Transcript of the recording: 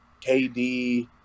KD